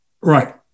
right